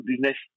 business